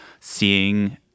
seeing